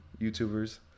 YouTubers